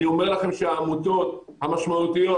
אני אומר לכם שהעמותות המשמעותיות,